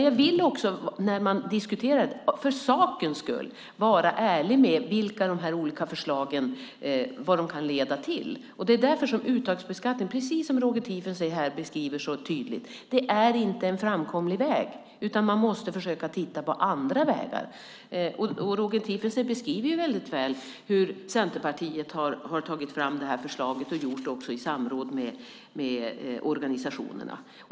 Jag vill också för sakens skull vara ärlig med att redogöra för vad de olika förslagen kan leda till. Det är därför uttagsbeskattningen, precis som Roger Tiefensee så tydligt beskrev, inte är en framkomlig väg, utan man måste försöka titta på andra vägar. Roger Tiefensee beskrev väldigt väl hur Centerpartiet, i samråd med organisationerna, har tagit fram förslag.